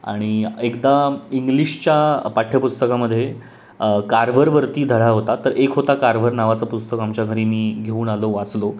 आणि एकदा इंग्लिशच्या पाठ्यपुस्तकामध्ये कार्व्हरवरती धडा होता तर एक होता कार्व्हर नावाचं पुस्तक आमच्या घरी मी घेऊन आलो वाचलं